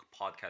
podcast